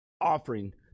offering